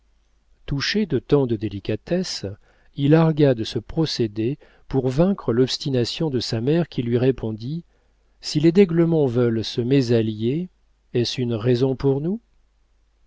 touché de tant de délicatesse il argua de ce procédé pour vaincre l'obstination de sa mère qui lui répondit si les d'aiglemont veulent se mésallier est-ce une raison pour nous